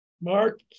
Mark